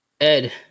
ed